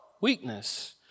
Weakness